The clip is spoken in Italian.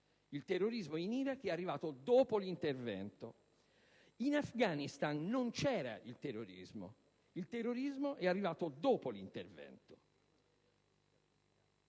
il terrorismo in Iraq è arrivato dopo l'intervento; in Afghanistan non c'era il terrorismo, vi è arrivato dopo l'intervento.